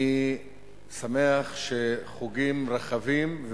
אני שמח שחוגים רחבים,